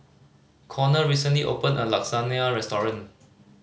Konner recently opened a Lasagna Restaurant